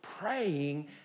praying